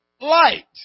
light